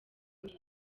neza